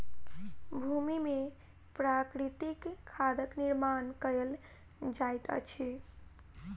भूमि में प्राकृतिक खादक निर्माण कयल जाइत अछि